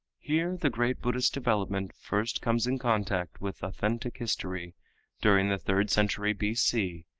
here the great buddhist development first comes in contact with authentic history during the third century b c.